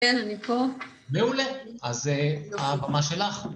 כן, אני פה. מעולה. אז הבמה שלך.